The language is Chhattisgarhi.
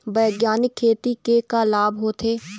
बैग्यानिक खेती के का लाभ होथे?